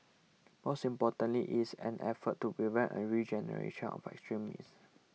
most importantly it is an effort to prevent a regeneration of extremists